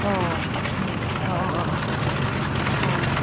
अ अ अ अ अ अ